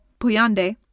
Puyande